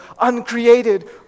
uncreated